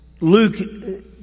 Luke